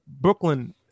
Brooklyn